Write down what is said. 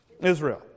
Israel